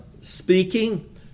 speaking